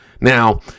Now